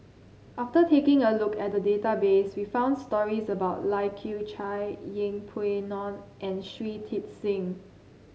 after taking a look at the database we found stories about Lai Kew Chai Yeng Pway Ngon and Shui Tit Sing